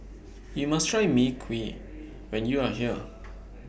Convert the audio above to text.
YOU must Try Mui Kee when YOU Are here